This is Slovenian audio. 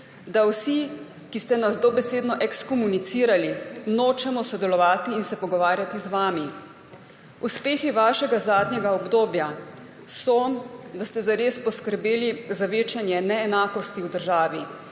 da vsi, ki ste nas dobesedno ekskomunicirali, nočemo sodelovati in se pogovarjati z vami. Uspehi vašega zadnjega obdobja so, da ste zares poskrbeli za večanje neenakosti v državi,